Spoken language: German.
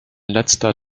letzter